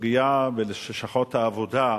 הסוגיה בלשכות העבודה,